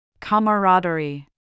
camaraderie